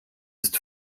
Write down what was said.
ist